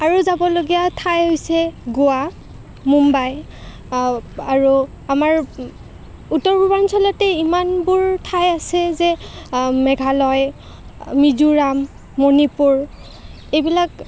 আৰু যাবলগীয়া ঠাই হৈছে গোৱা মুম্বাই আৰু আমাৰ উত্তৰ পূৰ্বাঞ্চলতেই ইমানবোৰ ঠাই আছে যে মেঘালয় মিজোৰাম মণিপুৰ এইবিলাক